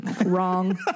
Wrong